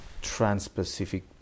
trans-Pacific